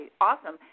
awesome